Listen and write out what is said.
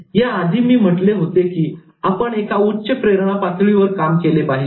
याआधी मी म्हटले होते की आपण एका उच्च प्रेरणा पातळीवर काम केले पाहिजे